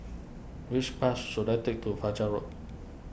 which bus should I take to Fachar Road